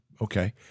Okay